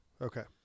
Okay